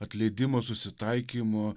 atleidimo susitaikymo